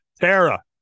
Tara